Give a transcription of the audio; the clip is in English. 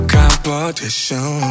competition